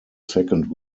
second